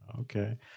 Okay